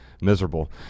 miserable